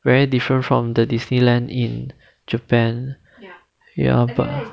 very different from the disneyland in japan ya but